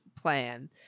plan